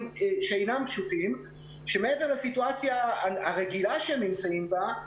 שאינם פשוטים שמעבר לסיטואציה הרגילה שהם נמצאים בה,